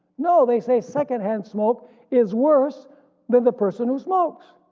no. they say secondhand smoke is worse than the person who smokes.